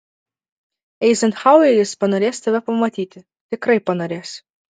eizenhaueris panorės tave pamatyti tikrai panorės